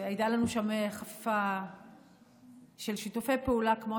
הייתה לנו חפיפה של שיתופי פעולה כמו